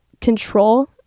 control